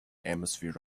hemisphere